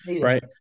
right